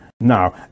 now